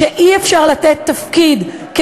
כשאי-אפשר לתת תפקיד לנשים,